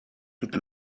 toute